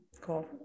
Cool